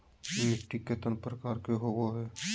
मिट्टी केतना प्रकार के होबो हाय?